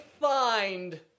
find